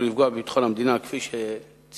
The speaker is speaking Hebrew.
לפגוע בביטחון המדינה" כפי שציינת,